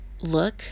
look